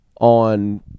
On